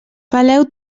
peleu